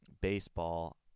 baseball